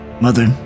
Mother